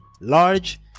large